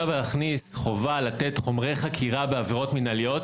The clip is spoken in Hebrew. להכניס עכשיו חובה לתת חומרי חקירה בעבירות מינהליות,